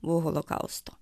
buvo holokausto